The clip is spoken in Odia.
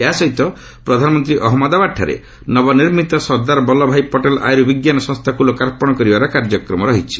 ଏହା ସହିତ ପ୍ରଧାନମନ୍ତ୍ରୀ ଅହଞ୍ଚମଦାବାଦ୍ଠାରେ ନବନର୍ମିତ ସର୍ଦ୍ଦାର ବଲ୍ଲଭ ଭାଇ ପଟେଲ ଆର୍ୟୁବିଜ୍ଞାନ ସଂସ୍ଥାନକୁ ଲୋକାର୍ପଣ କରିବାର କାର୍ଯ୍ୟକ୍ରମ ରହିଛି